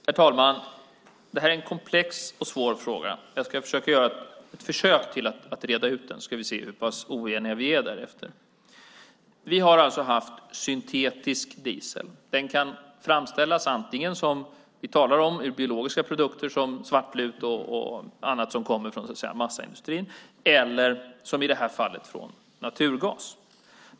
Herr talman! Det här är en komplex och svår fråga. Jag ska göra ett försök att reda ut den så får vi se hur pass oeniga vi är därefter. Vi har alltså haft syntetisk diesel. Den kan framställas antingen på det sätt som vi talar om, ur biologiska produkter som svartlut och annat som kommer från massaindustrin, eller som i det här fallet från naturgas.